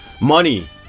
money